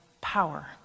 power